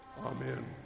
Amen